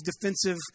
defensive